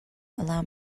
allow